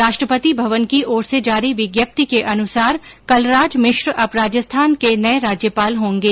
राष्ट्रपति भवन की ओर से जारी विज्ञप्ति के अनुसार कलराज मिश्र अब राजस्थान के नये राज्यपाल होंगे